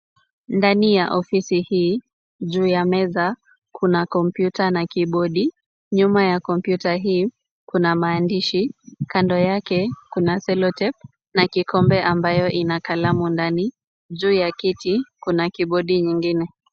Ndani ya ofisi hii juu ya meza kuna kompyuta na kibodi, nyuma ya kompyuta hii kuna maandishi, kando yake kuna cellotape na kikombe ambacho kina kalamu ndani, juu ya kiti kuna kibodi ingine.